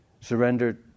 Surrender